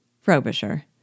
Frobisher